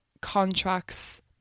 contracts